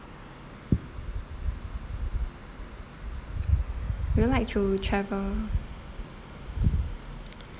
you like to travel